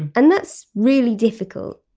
and that's really difficult.